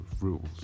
rules